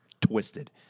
twisted